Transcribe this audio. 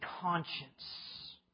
conscience